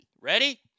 Ready